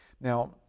Now